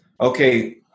okay